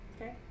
Okay